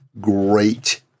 great